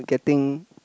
getting